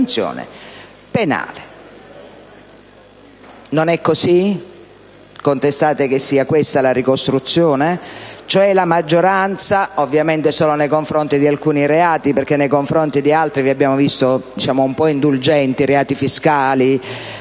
sanzione penale, (non è così? Contestate che sia questa la ricostruzione?). Ciò, ovviamente, solo nei confronti di alcuni reati, perché nei confronti di altri vi abbiamo visto un po' indulgenti, ad esempio